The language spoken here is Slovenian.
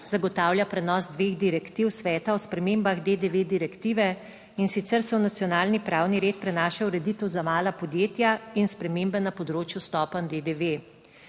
zagotavlja prenos dveh direktiv Sveta o spremembah DDV direktive in sicer se v nacionalni pravni red prenaša ureditev za mala podjetja in spremembe na področju stopenj DDV.